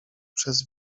przez